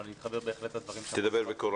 אבל אני מתחבר בהחלט לדברים שאמרה